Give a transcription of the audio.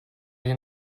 den